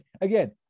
again